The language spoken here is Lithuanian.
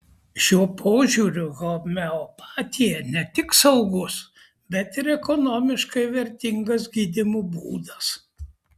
šiuo požiūriu homeopatija ne tik saugus bet ir ekonomiškai vertingas gydymo būdas